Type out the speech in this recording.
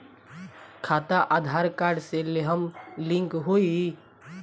खाता आधार कार्ड से लेहम लिंक होई?